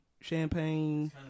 champagne